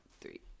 three